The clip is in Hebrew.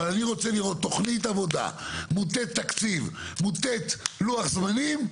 אבל אני רוצה לראות תוכנית עבודה מוטית תקציב ומוטית לוח זמנים.